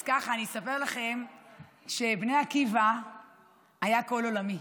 אז ככה, אני אספר לכם שבני עקיבא היה כל עולמי.